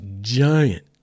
giant